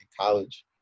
college